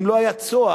אם לא היה "צהר",